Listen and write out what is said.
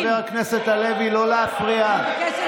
חבר הכנסת הלוי, לא להפריע.